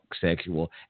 sexual